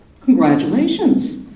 Congratulations